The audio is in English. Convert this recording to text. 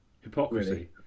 hypocrisy